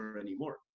anymore